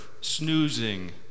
snoozing